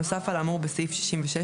נוסף על האמור בסעיף 66,